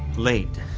late,